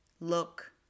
look